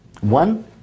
One